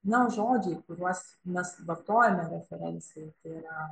na o žodžiai kuriuos mes vartojame referencijai tai yra